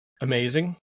amazing